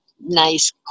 nice